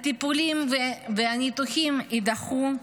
הטיפולים והניתוחים יידחו,